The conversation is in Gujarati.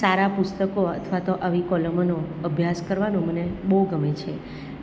સારાં પુસ્તકો અથવા તો આવી કોલમોનો અભ્યાસ કરવાનું મને બહુ ગમે છે